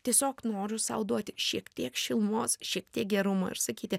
tiesiog noriu sau duoti šiek tiek šilumos šiek tiek gerumo ir sakyti